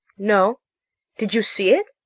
no did you see it?